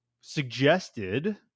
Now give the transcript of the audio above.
suggested